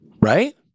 right